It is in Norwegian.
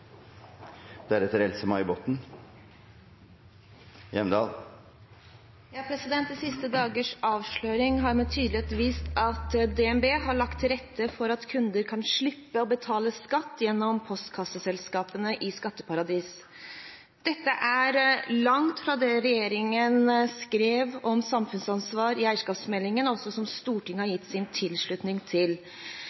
De siste dagers avsløring har med tydelighet vist at DNB har lagt til rette for at kunder, gjennom postkasseselskapene i skatteparadis, kan slippe å betale skatt. Dette er langt fra det regjeringen skrev om samfunnsansvar i eierskapsmeldingen, og som Stortinget har